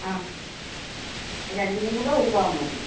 ആ രണ്ടിനും കൂടെ ഒരു പവൻ മതി